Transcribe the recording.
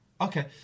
Okay